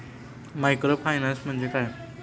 Microfinance म्हणजे काय?